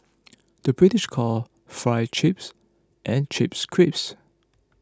the British calls Fries Chips and Chips Crisps